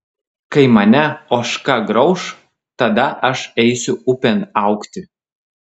kai mane ožka grauš tada aš eisiu upėn augti